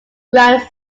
grand